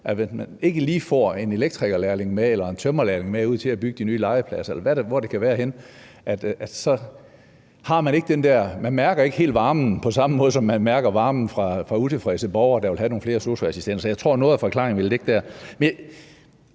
man ikke lige får en elektrikerlærling eller en tømrerlærling med ud for at bygge de nye legepladser, eller hvor det kan være, så ikke helt mærker varmen på samme måde, som man gør, når utilfredse borgere vil have nogle flere sosu-assistenter. Så jeg tror, at noget af forklaringen vil ligge der.